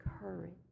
courage